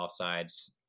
offsides